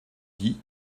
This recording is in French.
dit